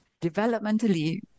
Developmentally